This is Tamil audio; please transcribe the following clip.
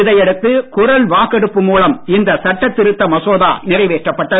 இதையடுத்து குரல் வாக்கெடுப்பு மூலம் இச்சட்ட திருத்த மசோதா நிறைவேற்றப்பட்டது